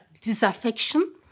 disaffection